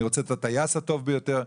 אני רוצה את הטייס הטוב ביותר,